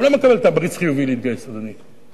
הוא לא מקבל תמריץ חיובי להתגייס לצבא,